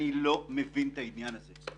אני לא מבין את העניין הזה.